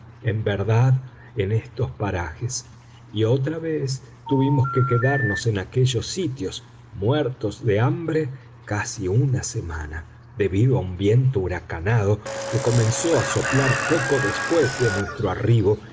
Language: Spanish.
en verdad en estos parajes y otra vez tuvimos que quedarnos en aquellos sitios muertos de hambre casi una semana debido a un viento huracanado que comenzó a soplar poco después de nuestro arribo